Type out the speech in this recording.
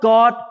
God